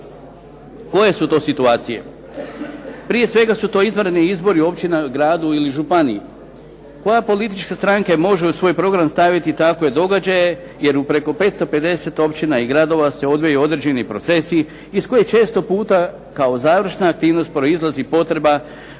Koje su to situacije? Prije svega su to izvanredni izbori općina, gradu ili županiji. Koja politička stranka može u svoj program staviti i takve događaje, jer u preko 550 općina i gradova se odvijaju određeni procesi iz kojih često puta kao završna aktivnost proizlazi i potreba